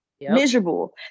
miserable